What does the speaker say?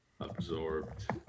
Absorbed